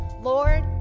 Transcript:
Lord